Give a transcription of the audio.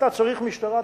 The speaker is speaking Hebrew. אתה צריך משטרה,